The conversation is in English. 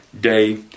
day